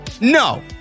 No